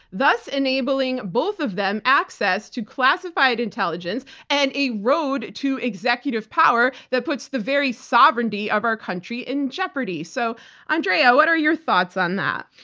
thus enabling both of them access to classified intelligence and a road to executive power that puts the very sovereignty of our country in jeopardy. so andrea, what are your thoughts on that?